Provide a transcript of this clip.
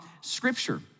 Scripture